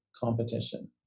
competition